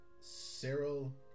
Cyril